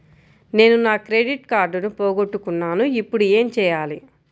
నేను నా క్రెడిట్ కార్డును పోగొట్టుకున్నాను ఇపుడు ఏం చేయాలి?